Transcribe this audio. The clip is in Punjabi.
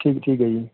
ਠੀਕ ਠੀਕ ਹੈ ਜੀ